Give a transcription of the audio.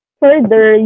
further